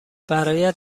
برایت